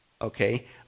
okay